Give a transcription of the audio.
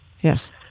Yes